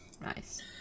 Nice